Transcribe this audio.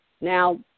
Now